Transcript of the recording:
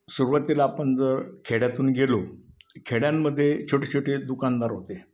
सुरुवातीला आपण जर खेड्यातून गेलो खेड्यांमध्ये छोटे छोटे दुकानदार होते